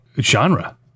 genre